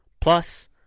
plus